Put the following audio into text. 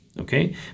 okay